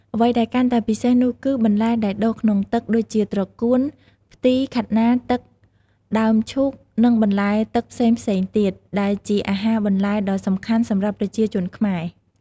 អ្វីដែលកាន់តែពិសេសនោះគឺ បន្លែដែលដុះក្នុងទឹក ដូចជាត្រកួន ផ្ទី ខាត់ណាទឹក ដើមឈូក និងបន្លែទឹកផ្សេងៗទៀត ដែលជាអាហារបន្លែដ៏សំខាន់សម្រាប់ប្រជាជនខ្មែរ។